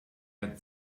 had